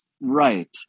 right